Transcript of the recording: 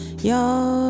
Y'all